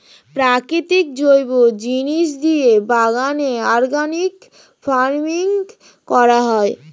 প্রাকৃতিক জৈব জিনিস দিয়ে বাগানে অর্গানিক ফার্মিং করা হয়